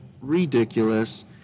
ridiculous